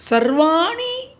सर्वाणि